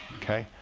okay.